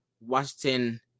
Washington